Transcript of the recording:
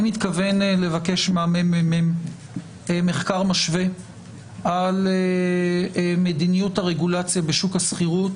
אני מתכוון לבקש מהמ.מ.מ מחקר משווה על מדיניות הרגולציה בשוק השכירות